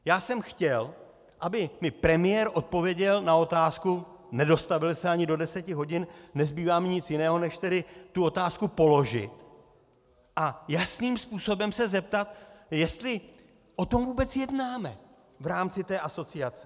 Já jsem chtěl, aby mi premiér odpověděl na otázku, nedostavil se ani do deseti hodin, nezbývá mi nic jiného než tedy tu otázku položit a jasným způsobem se zeptat, jestli o tom vůbec jednáme v rámci té asociace.